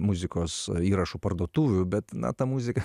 muzikos įrašų parduotuvių bet na ta muzika